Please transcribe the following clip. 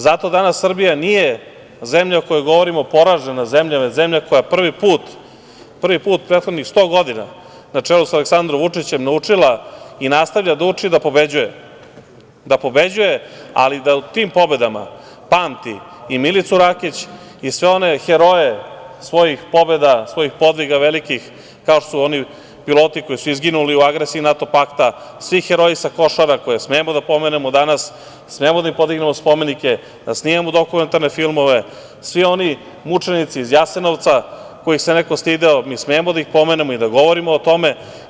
Zato danas Srbija nije zemlja o kojoj govorimo poražena zemlja, nego zemlja koja prvi put u prethodnih 100 godina na čelu sa Aleksandrom Vučićem je naučila i nastavlja da uči da pobeđuje, ali da u tim pobedama pamti i Milicu Rakić i sve one heroje svojih pobeda, svojih podviga velikih kao što su oni piloti koji su izginuli u agresiji NATO pakta, svi heroji sa Košara koje smemo da pomenemo danas, smemo da im podignemo spomenike, da snimamo dokumentarne filmove, svi oni mučenici iz Jasenovca, kojih se neko stideo, mi smemo da ih pomenemo i da govorimo o tome.